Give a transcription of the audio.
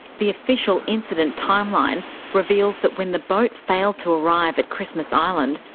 the official incident timeline reveals that when the boat failed to arrive at christmas island,